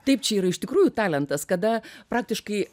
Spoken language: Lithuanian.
taip čia yra iš tikrųjų talentas kada praktiškai